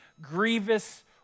grievous